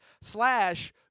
slash